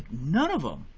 none of them,